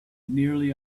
nearly